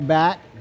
back